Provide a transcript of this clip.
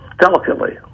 delicately